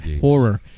horror